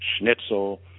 schnitzel